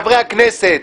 חברי הכנסת,